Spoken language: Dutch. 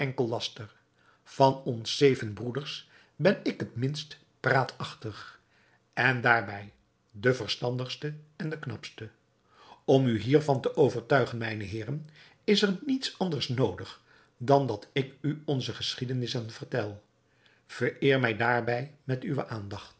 van ons zeven broeders ben ik het minst praatachtig en daarbij de verstandigste en knapste om u hiervan te overtuigen mijne heeren is er niets anders noodig dan dat ik u onze geschiedenissen vertel vereer mij daarbij met uwe aandacht